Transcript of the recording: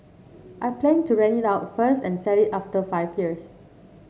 I plan to rent it out first and sell it after five years